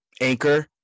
Anchor